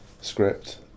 script